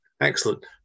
Excellent